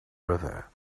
river